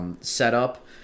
setup